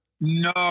No